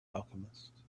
alchemist